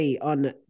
on